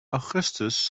augustus